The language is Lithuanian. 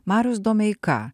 marius domeika